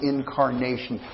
Incarnation